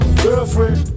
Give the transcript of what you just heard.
Girlfriend